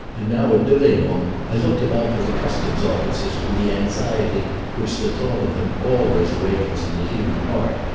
and now at delemont i looked about for the customs officers with the anxiety which the thought of them always awakens in the human heart,